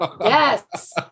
Yes